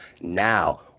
now